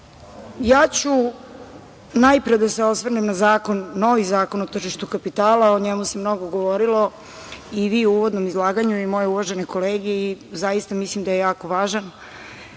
njih. Najpre ću da se osvrnem na novi Zakon o tržištu kapitala. O njemu se mnogo govorilo, i vi u uvodnom izlaganju i moje uvažene kolege i zaista mislim da je jako